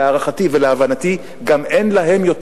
להערכתי ולהבנתי גם אין להם,